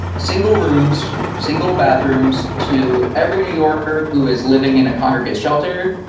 single rooms, single bathrooms to every new yorker who is living in a congregate shelter.